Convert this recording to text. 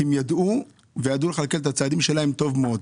כי הם יודעים לכלכל את הצעדים שלהם טוב מאוד.